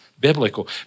biblical